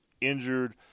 injured